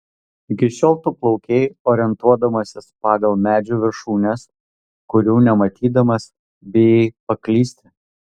iki šiol tu plaukei orientuodamasis pagal medžių viršūnes kurių nematydamas bijai paklysti